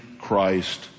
Christ